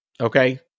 Okay